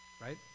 right